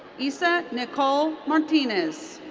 isa nicole martinez.